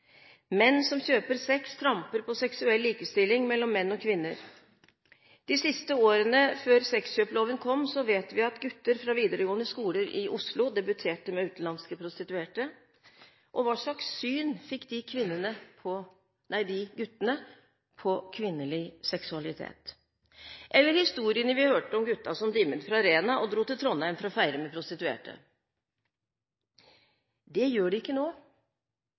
Menn som kjøper sex, tramper på seksuell likestilling mellom menn og kvinner. De siste årene før sexkjøpsloven kom, vet vi at gutter fra videregående skoler i Oslo debuterte med utenlandske prostituerte. Hva slags syn fikk de guttene på kvinnelig seksualitet? Eller historiene vi hørte om gutta som dimmet fra Rena og dro til Trondheim for å feire med prostituerte. Det gjør de ikke nå.